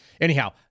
Anyhow